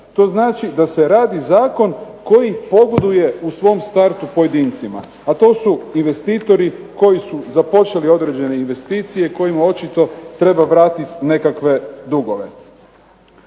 To znači da se radi zakon koji pogoduje u svom startu pojedincima, a to su investitori koji su započeli određene investicije kojima očito treba brati nekakve dugove.